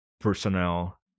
personnel